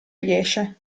riesce